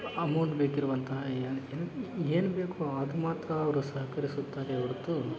amount ಬೇಕಿರುವಂತಹ ಏನ್ ಏನ್ ಏನು ಬೇಕೋ ಅದು ಮಾತ್ರ ಅವರು ಸಹಕರಿಸುತ್ತಾರೆ ಹೊರ್ತು